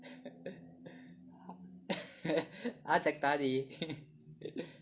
他怎么样打你